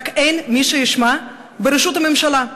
רק אין מי שישמע בראשות הממשלה.